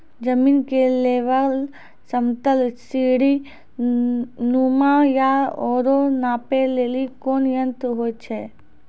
जमीन के लेवल समतल सीढी नुमा या औरो नापै लेली कोन यंत्र होय छै?